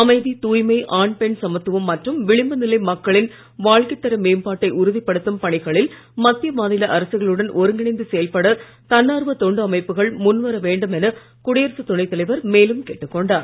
அமைதி தூய்மை ஆண் பெண் சமத்துவம் மற்றும் விளிம்புநிலை மக்களின் வாழ்க்கை தர மேம்பாட்டை உறுதிப்படுத்தும் பணிகளில் மத்திய மாநில அரசுகளுடன் ஒருங்கிணைந்து செயல்பட தன்னார்வ தொண்டு அமைப்புகள் முன் வர வேண்டும் என குடியரசு துணை தலைவர் மேலும் கேட்டுக் கொண்டார்